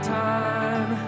time